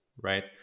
right